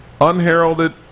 unheralded